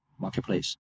marketplace